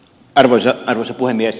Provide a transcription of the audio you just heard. arvoisa puhemies